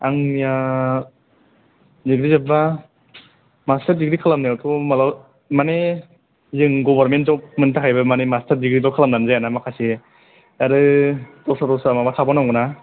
आंनिया डिग्री जोबबा master degree खालामनायावथ' माब्लाबा माने जों गभर्नमेन्ट जब मोननो थाखायबो माने मास्टार डिग्रील' खालामनानै जाया ना माखासे आरो दस्रा दस्रा माबा थाबावनांगौ ना